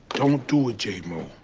don't do it, j-mo.